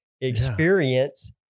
experience